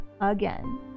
again